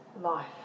Life